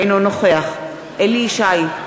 אינו נוכח אליהו ישי,